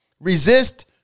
resist